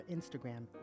Instagram